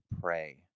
pray